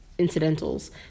incidentals